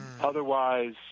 Otherwise